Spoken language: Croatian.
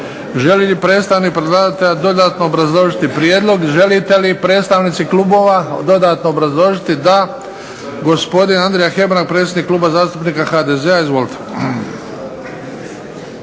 Želi li predstavnik predlagatelja dodatno obrazložiti prijedlog? Želite li predstavnici klubova dodatno obrazložiti? Da. Gospodin Andrija Hebrang, predsjednik Kluba zastupnika HDZ-a. Izvolite.